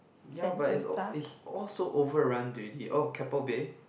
ya but is all is all so over run already oh Keppel-bay